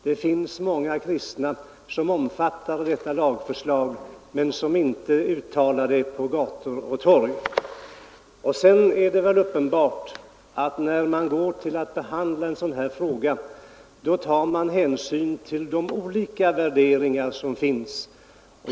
Det finns många kristna som omfattar detta lagförslag men som inte uttalar det på gator och torg. Sedan är det väl uppenbart att man, när man går att behandla en sådan fråga som denna, bör ta hänsyn till de olika värderingar som finns.